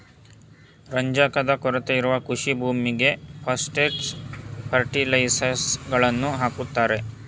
ರಂಜಕದ ಕೊರತೆ ಇರುವ ಕೃಷಿ ಭೂಮಿಗೆ ಪಾಸ್ಪೆಟ್ ಫರ್ಟಿಲೈಸರ್ಸ್ ಗಳನ್ನು ಹಾಕುತ್ತಾರೆ